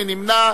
מי נמנע?